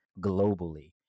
globally